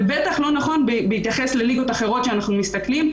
ובטח לא נכון בהתייחס לליגות אחרות שאנחנו מסתכלים.